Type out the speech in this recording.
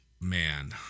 Man